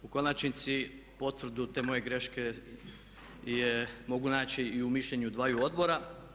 U konačnici potvrdu te moje greške mogu naći i u mišljenju dvaju odbora.